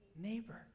neighbor